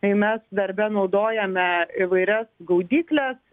jei mes darbe naudojame įvairias gaudykles